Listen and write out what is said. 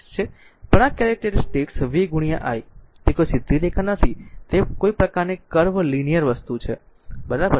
પણ આ characteristic v ગુણ્યા i તે કોઈ સીધી રેખા નથી તે કોઈ પ્રકારની કર્વ લીનીયર જેવી વસ્તુ છે બરાબર